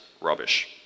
rubbish